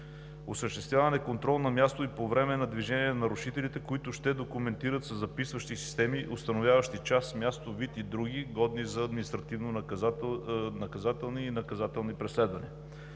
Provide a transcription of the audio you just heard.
осъществяване контрол на място и по време на движение на нарушителите, които ще документират със записващи системи, установяващи час, място, вид и други, годни за административно-наказателни и наказателни преследвания;